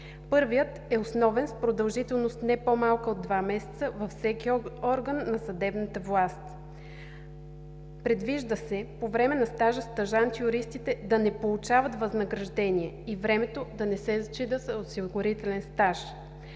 Първият е основен с продължителност не по-малка от два месеца във всеки орган на съдебната власт. Предвижда се по време на стажа стажант-юристите да не получават възнаграждение и времето да не се зачита за осигурителен стаж.